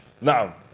Now